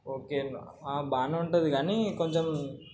ఓకేనా బాగానే ఉంటుంది కానీ కొంచెం